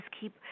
keep